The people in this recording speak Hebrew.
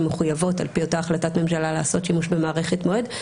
שמחויבות על פי אותה החלטת ממשלה לעשות שימוש במערכת מועד.